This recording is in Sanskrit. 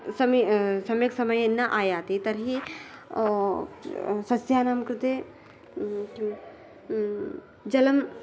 सम् सम्यक् समये न आयाति तर्हि सस्यानां कृते किं जलं